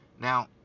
Now